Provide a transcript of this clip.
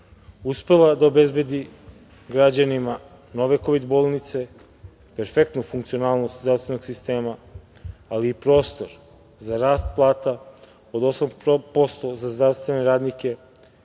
uspela da obezbedi građanima nove kovid bolnice, perfektnu funkcionalnost zdravstvenog sistema, ali i prostor za rast plata od 8% za zdravstvene radnike